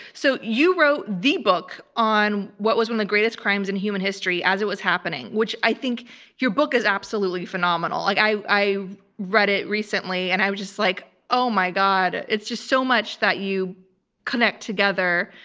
so you wrote the book on what was the greatest crimes in human history as it was happening, which i think your book is absolutely phenomenal. like i i read it recently, and i was just like, oh my god. it's just so much that you connect together.